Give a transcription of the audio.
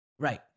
Right